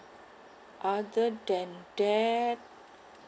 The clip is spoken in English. other than that